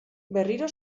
berriro